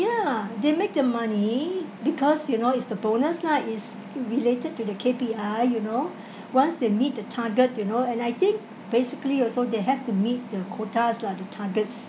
yeah they make the money because you know it's the bonus lah is related to their K_P_I you know once they meet the target you know and I think basically also they have to meet the quotas lah the targets